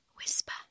Whisper